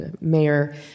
Mayor